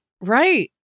Right